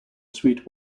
sweet